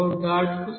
కు సమానం